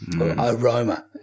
aroma